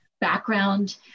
background